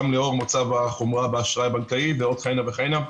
גם לאור מצב החומרה באשראי הבנקאי ועוד כהנה וכהנה.